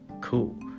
Cool